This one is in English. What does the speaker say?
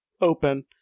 open